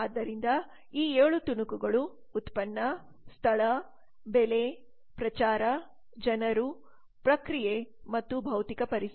ಆದ್ದರಿಂದ ಈ 7 ತುಣುಕುಗಳು ಉತ್ಪನ್ನ ಸ್ಥಳ ಬೆಲೆ ಪ್ರಚಾರ ಜನರು ಪ್ರಕ್ರಿಯೆ ಮತ್ತು ಭೌತಿಕ ಪರಿಸರ